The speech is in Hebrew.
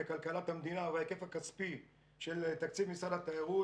לכלכלת המדינה וההיקף הכספי של תקציב משרד התיירות,